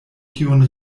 tion